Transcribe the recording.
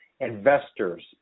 investors